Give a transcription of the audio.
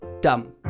dumb